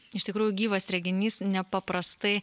iš tikrųjų gyvas reginys nepaprastai